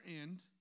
end